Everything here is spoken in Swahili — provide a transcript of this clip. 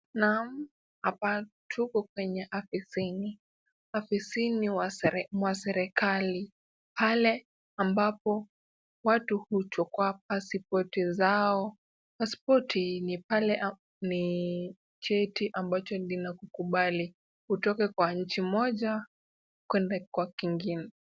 Naam! Hapa tuko kwenye afisini. Afisini mwa serikali pale ambapo watu huchukua pasipoti zao. Pasipoti ni cheti ambacho kinakukubali utoke kwa nchi moja kwenda kwa kingine.